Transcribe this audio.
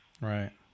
Right